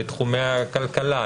לתחומי הכלכלה,